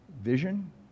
vision